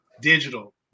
digital